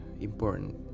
important